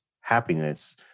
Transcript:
happiness